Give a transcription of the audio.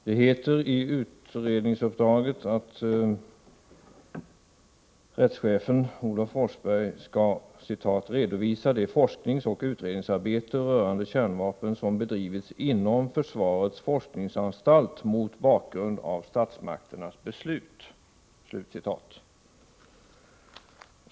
Det heter i utredningsuppdraget att rättschefen Olof Forsberg skall ”redovisa de forskningsoch utredningsarbeten rörande kärnvapen som bedrivits inom försvarets forskningsanstalt mot bakgrund av statsmakternas beslut”.